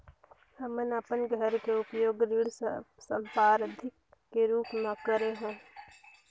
हमन अपन घर के उपयोग ऋण संपार्श्विक के रूप म करे हों